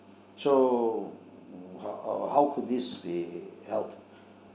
so how could this be helped